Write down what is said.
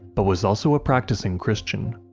but was also a practicing christian.